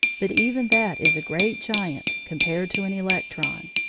but even that is a great giant compared to an electron.